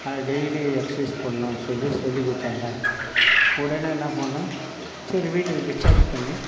அது daily exercise பண்ணணும் சொல்லி சொல்லி கொடுத்தாங்க உடனே என்ன பண்ணேன் சரி வீட்டுக்கு டிஜ்சார்ஜ் பண்ணி